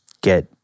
get